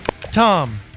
Tom